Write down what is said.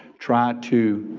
try to